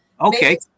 Okay